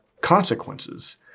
consequences